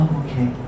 okay